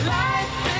life